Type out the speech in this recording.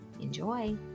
Enjoy